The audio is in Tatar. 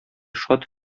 шат